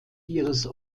ihres